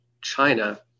China